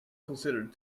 considered